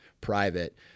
private